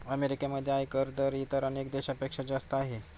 अमेरिकेमध्ये आयकर दर इतर अनेक देशांपेक्षा जास्त आहे